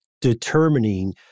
determining